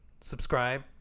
subscribe